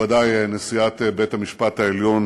מכובדַי נשיאת בית-המשפט העליון